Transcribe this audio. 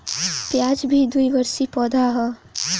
प्याज भी द्विवर्षी पौधा हअ